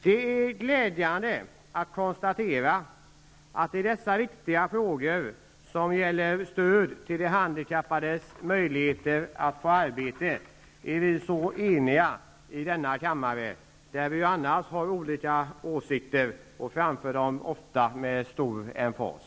Det är glädjande att konstatera att vi är så eniga i denna kammare i dessa viktiga frågor som gäller stöd till handikappades möjligheter att få arbete. Vi har ju annars olika åsikter och framför dem ofta med stor emfas.